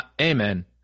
Amen